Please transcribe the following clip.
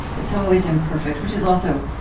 it's always imperfect which is also